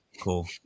Cool